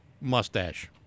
mustache